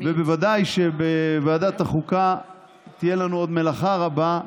בוודאי שבוועדת החוקה תהיה לנו עוד מלאכה רבה,